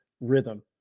rhythm